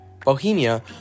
Bohemia